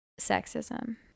sexism